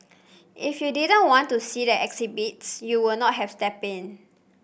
if you didn't want to see the exhibits you will not have step in